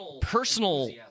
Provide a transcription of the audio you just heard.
personal